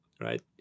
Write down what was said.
right